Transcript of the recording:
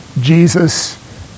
Jesus